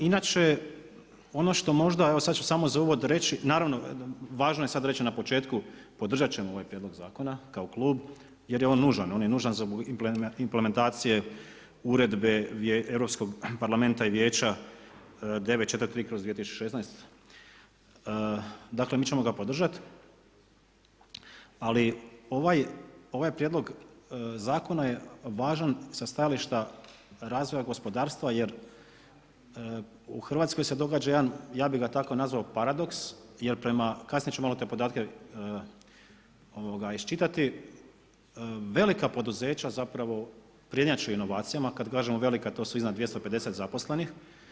Mi inače ono što možda, evo sada ću samo za uvod reći, naravno važno je sada reći na početku, podržat ćemo ovaj prijedlog zakona kao klub jer je on nužan, on je nužan za implementacije, Uredbe Europskog parlamenta i Vijeća 943/2016 dakle mi ćemo ga podržat, ali ovaj prijedlog zakona je važan sa stajališta razvoja gospodarstva jer u Hrvatskoj se događa jedan, ja bih ga tako nazvao paradoks, kasnije ću te podatke iščitati, velika poduzeća prednjače u inovacijama, kada kažemo velika to su iznad 250 zaposlenih.